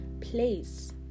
place